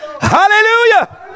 Hallelujah